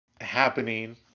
happening